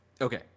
Okay